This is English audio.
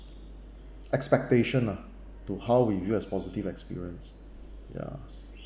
expectation ah to how we view as positive experience ya